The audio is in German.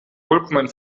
vollkommen